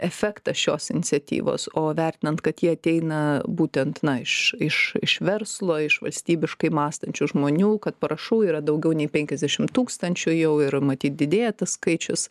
efektą šios iniciatyvos o vertinant kad ji ateina būtent iš iš iš verslo iš valstybiškai mąstančių žmonių kad parašų yra daugiau nei penkiasdešim tūkstančių jau ir matyt didėja tas skaičius